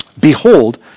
Behold